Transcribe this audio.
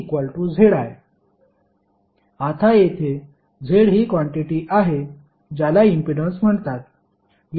VIZorVZI आता येथे Z ही क्वांटिटि आहे ज्याला इम्पीडन्स म्हणतात